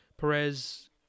Perez